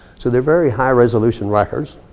so they're very high-resolution records.